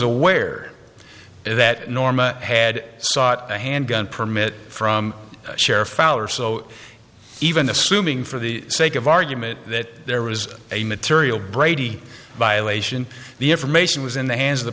aware that norma had sought a handgun permit from sheriff fowler so even assuming for the sake of argument that there was a material brady violation the information was in the hands of the